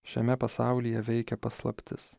šiame pasaulyje veikia paslaptis